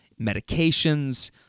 medications